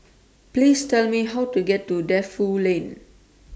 Please Tell Me How to get to Defu Lane